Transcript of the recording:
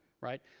right